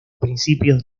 principios